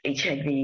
HIV